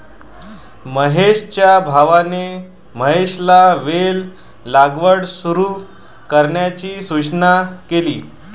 महेशच्या भावाने महेशला वेल लागवड सुरू करण्याची सूचना केली